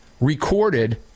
recorded